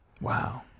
Wow